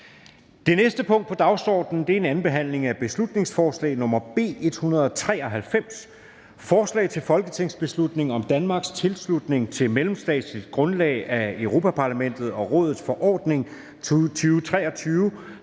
Det næste punkt på dagsordenen er: 14) 2. (sidste) behandling af beslutningsforslag nr. B 193: Forslag til folketingsbeslutning om Danmarks tilslutning på mellemstatsligt grundlag til Europa-Parlamentets og Rådets forordning (EU)